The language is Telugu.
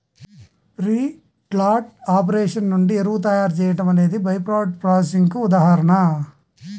ఫీడ్లాట్ ఆపరేషన్ నుండి ఎరువు తయారీ చేయడం అనేది బై ప్రాడక్ట్స్ ప్రాసెసింగ్ కి ఉదాహరణ